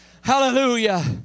Hallelujah